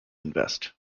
invest